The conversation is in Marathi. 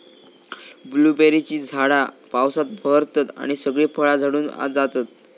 ब्लूबेरीची झाडा पावसात बहरतत आणि सगळी फळा झडून जातत